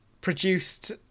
produced